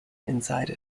inside